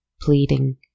pleading